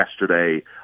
yesterday